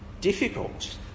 difficult